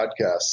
podcasts